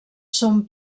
són